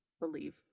believe